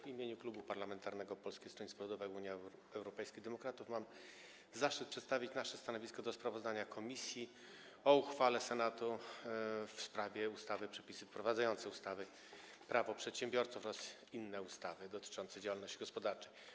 W imieniu Klubu Poselskiego Polskiego Stronnictwa Ludowego - Unii Europejskich Demokratów mam zaszczyt przedstawić nasze stanowisko wobec sprawozdania komisji o uchwale Senatu w sprawie ustawy Przepisy wprowadzające ustawę Prawo przedsiębiorców oraz inne ustawy dotyczące działalności gospodarczej.